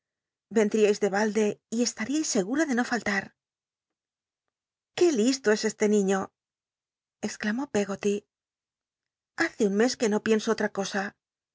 balde y eslatiais segu ra de no fallar qué listo es este niiio exclamó pcggoty hace nn mes que no pienso en otra cosa